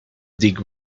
dig